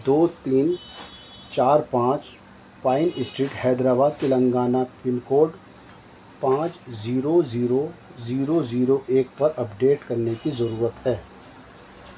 دو تین چار پانچ pine street Hyderabad Telangana pin code پانچ زیرو زیرو زیرو زیرو ایک پر اپ ڈیٹ کرنے کی ضرورت ہے